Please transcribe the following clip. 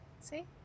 see